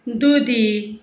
दुदी